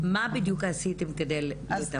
מה בדיוק עשיתם כדי לתמרץ?